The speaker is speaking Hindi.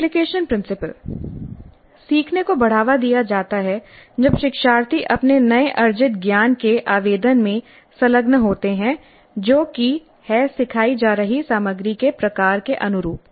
एप्लीकेशन प्रिंसिपल सीखने को बढ़ावा दिया जाता है जब शिक्षार्थी अपने नए अर्जित ज्ञान के आवेदन में संलग्न होते हैं जो कि है सिखाई जा रही सामग्री के प्रकार के अनुरूप